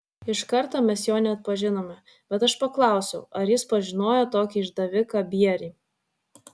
iš karto mes jo neatpažinome bet aš paklausiau ar jis pažinojo tokį išdaviką bierį